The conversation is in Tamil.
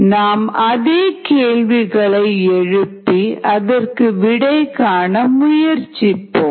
நாம் அதே கேள்விகளை எழுப்பி அதற்கு விடை காண முயற்சிப்போம்